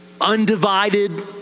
undivided